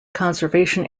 conservation